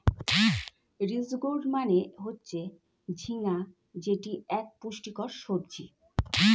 ridge gourd মানে হচ্ছে ঝিঙ্গা যেটি এক পুষ্টিকর সবজি